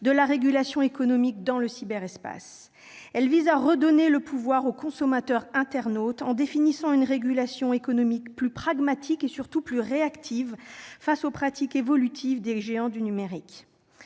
de la régulation économique dans le cyberespace. Elle vise à redonner du pouvoir au consommateur-internaute en définissant une régulation économique plus pragmatique et surtout plus réactive face aux pratiques évolutives des géants du numérique.